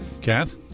Kath